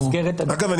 אגב,